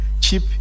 cheap